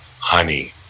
Honey